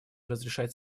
разрешать